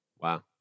Wow